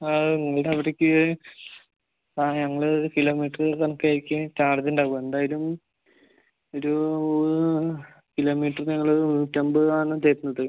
അത് നിങ്ങളുടെ അവിടേക്ക് താഴെ ഞങ്ങൾ കിലോമീറ്റർ കണക്കിനായിരിക്കും ചാർജജ് ഉണ്ടാവുക എന്തായാലും ഒരു കിലോമീറ്ററിന് ഞങ്ങൾ നൂറ്റമ്പത് ആണ് തരുന്നത്